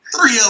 three